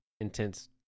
intense